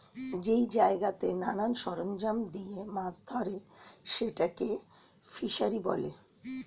যেই জায়গাতে নানা সরঞ্জাম দিয়ে মাছ ধরে সেটাকে ফিসারী বলে